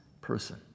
person